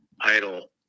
idle